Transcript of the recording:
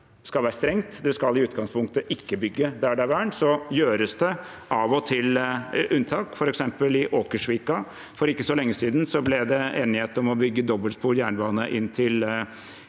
vern skal være strengt. Det skal i utgangspunktet ikke bygges der det er vern. Så gjøres det av og til unntak, f.eks. i Åkersvika. For ikke så lenge siden ble det enighet om å bygge dobbeltsporet jernbane til